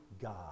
God